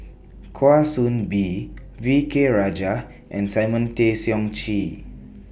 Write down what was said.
Kwa Soon Bee V K Rajah and Simon Tay Seong Chee